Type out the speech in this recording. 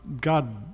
God